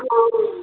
हाँ